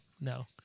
No